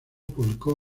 publicó